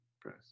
Press